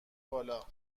بالا